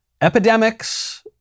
epidemics